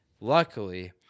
luckily